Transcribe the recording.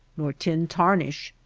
nor tin tarnish,